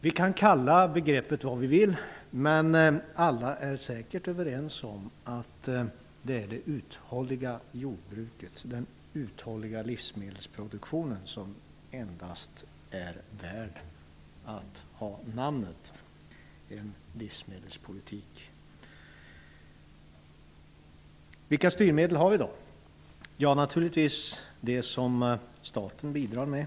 Vi kan kalla begreppet vad vi vill, men alla är säkert överens om att det är det uthålliga jordbruket, dvs. den uthålliga livsmedelsproduktionen, som endast är värd namnet livsmedelspolitik. Vilka styrmedel har vi då? Naturligtvis har vi de som staten bidrar med.